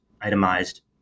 itemized